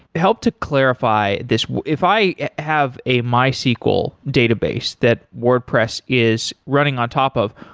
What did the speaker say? help to clarify this if i have a mysql database that wordpress is running on top of,